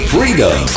Freedom